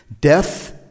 Death